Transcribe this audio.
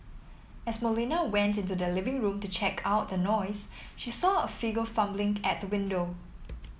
as Molina went into the living room to check out the noise she saw a figure fumbling at the window